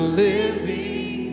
living